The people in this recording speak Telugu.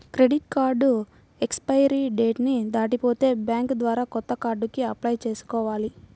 క్రెడిట్ కార్డు ఎక్స్పైరీ డేట్ ని దాటిపోతే బ్యేంకు ద్వారా కొత్త కార్డుకి అప్లై చేసుకోవాలి